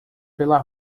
pela